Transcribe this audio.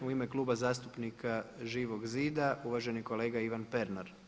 U ime Kluba zastupnika Živog zida uvaženi kolega Ivan Pernar.